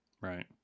right